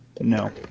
No